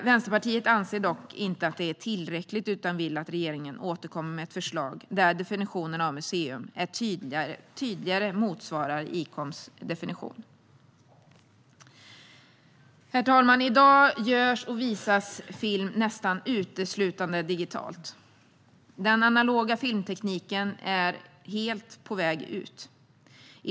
Vänsterpartiet anser dock att det inte är tillräckligt utan vill att regeringen återkommer med ett förslag där definitionen av vad ett museum är tydligare motsvarar Icoms definition. Herr talman! I dag görs och visas film nästan uteslutande digitalt. Den analoga filmtekniken är helt på väg ut.